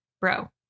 bro